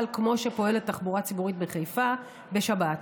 כמו שפועלת תחבורה ציבורית בחיפה בשבת.